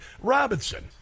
Robinson